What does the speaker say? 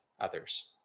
others